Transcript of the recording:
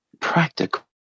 practical